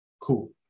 cool